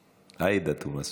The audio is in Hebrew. סלימאן, עאידה תומא סלימאן.